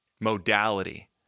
modality